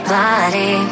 Body